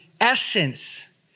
essence